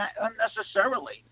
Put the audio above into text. unnecessarily